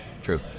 True